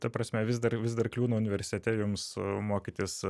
ta prasme vis dar vis dar kliūna universitete jums mokytis